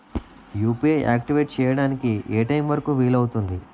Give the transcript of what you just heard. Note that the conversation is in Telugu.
యు.పి.ఐ ఆక్టివేట్ చెయ్యడానికి ఏ టైమ్ వరుకు వీలు అవుతుంది?